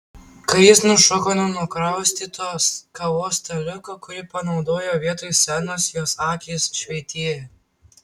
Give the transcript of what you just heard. kai jis nušoko nuo nukraustyto kavos staliuko kurį panaudojo vietoj scenos jos akys švytėjo